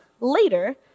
later